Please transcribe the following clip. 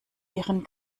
ihren